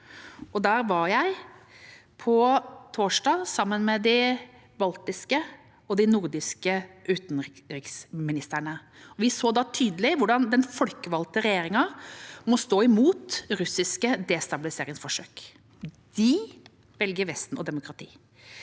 Der var jeg på torsdag, sammen med de baltiske og nordiske utenriksministrene. Vi så da tydelig hvordan den folkevalgte regjeringa må stå imot russiske destabiliseringsforsøk. De velger Vesten og demokratiet